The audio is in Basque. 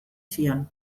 zion